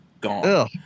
gone